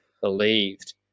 believed